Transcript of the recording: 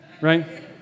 right